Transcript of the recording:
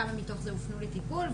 כמה מתוך אלה הופנו לטיפול,